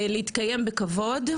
להתקיים בכבוד.